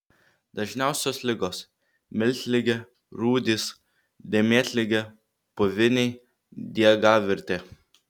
dažniausios ligos miltligė rūdys dėmėtligė puviniai diegavirtė